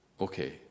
Okay